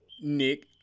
Nick